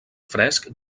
fresc